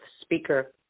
speaker